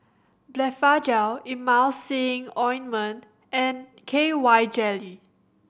Blephagel Emulsying Ointment and K Y Jelly